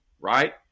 right